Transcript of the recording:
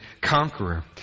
conqueror